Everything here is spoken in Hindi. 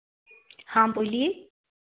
हाँ बोलिए